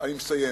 אני מסיים.